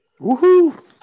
Woohoo